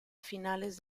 finales